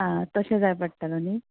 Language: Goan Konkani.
आं तशे जाय पडटले न्ही